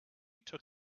took